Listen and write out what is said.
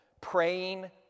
praying